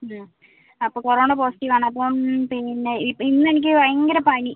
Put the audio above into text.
മ് അപ്പോൾ corona positive ആണ് അപ്പം പിന്നെ ഇ ഇന്നെനിക്ക് ഭയങ്കര പനി